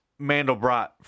Mandelbrot